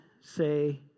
say